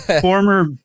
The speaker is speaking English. Former